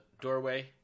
doorway